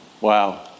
wow